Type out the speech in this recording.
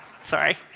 sorry